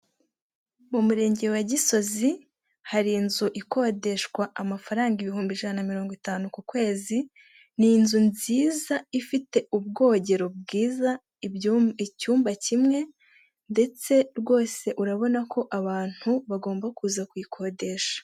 Mu Murenge wa Gisozi hari inzu ikodeshwa amafaranga ibihumbi ijana mirongo itanu ku kwezi, ni inzu nziza ifite ubwogero bwiza, icyumba kimwe ndetse rwose urabona ko abantu bagomba kuza kuyikodesha.